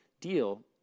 deal